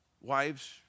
Wives